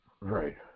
Right